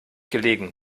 gelegen